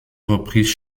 reprises